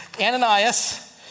Ananias